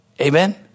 Amen